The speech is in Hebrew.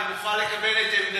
אני מוכן לקבל את עמדתו,